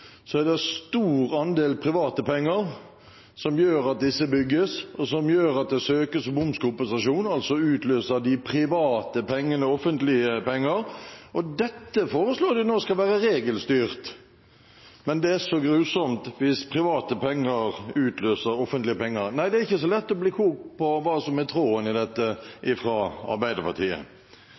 er det en stor andel private penger som gjør at disse bygges, og som gjør at det søkes momskompensasjon – altså utløser de private pengene offentlige penger. Dette foreslår de nå skal være regelstyrt – men det er så grusomt hvis private penger utløser offentlige penger! Nei, det er ikke så lett å bli klok på hva som er tråden i dette fra Arbeiderpartiet.